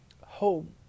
home